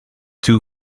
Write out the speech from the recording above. two